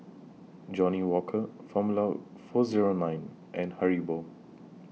Johnnie Walker Formula four Zero nine and Haribo